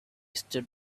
stood